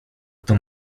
kto